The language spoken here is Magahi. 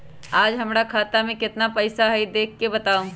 आज हमरा खाता में केतना पैसा हई देख के बताउ?